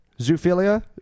Zoophilia